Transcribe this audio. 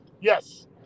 Yes